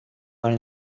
کار